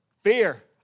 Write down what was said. Fear